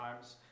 times